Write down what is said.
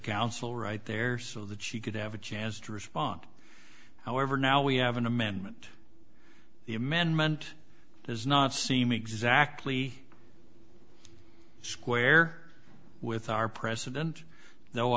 counsel right there so that she could have a chance to respond however now we have an amendment the amendment does not seem exactly square with our president though